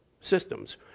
systems